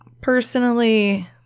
personally